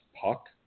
puck